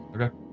Okay